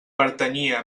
pertanyia